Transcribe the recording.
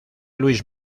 luis